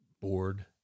board